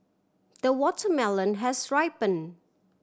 the watermelon has ripen